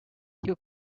you